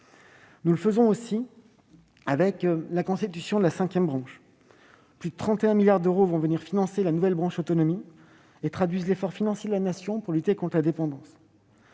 Nous le faisons aussi avec la constitution de la cinquième branche. Plus de 31 milliards d'euros vont venir financer la nouvelle branche autonomie et traduisent l'effort financier de la Nation pour lutter contre la dépendance.